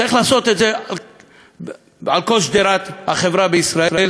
צריך להחיל את זה על כל שדרת החברה בישראל.